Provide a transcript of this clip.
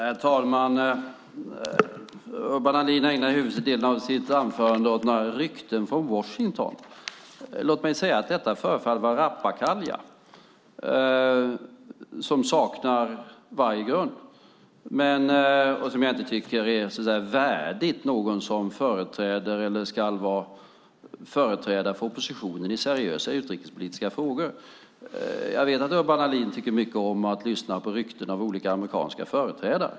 Herr talman! Urban Ahlin ägnade huvuddelen av sitt anförande åt några rykten från Washington. Låt mig säga att detta förefaller att vara rappakalja som saknar varje grund och som jag inte tycker är värdigt någon som ska vara företrädare för oppositionen i seriösa utrikespolitiska frågor. Jag vet att Urban Ahlin tycker mycket om att lyssna på rykten från olika amerikanska företrädare.